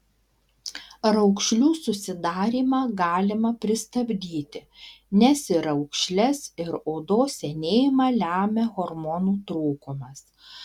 raukšlių susidarymą galima pristabdyti nes ir raukšles ir odos senėjimą lemia hormonų trūkumas